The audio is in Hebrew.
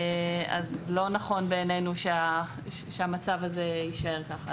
לא נכון בעינינו שהמצב הזה יישאר כך.